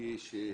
כפי שהבטחת.